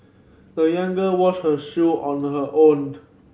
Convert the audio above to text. the young girl washed her shoe on her owned